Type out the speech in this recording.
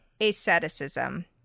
asceticism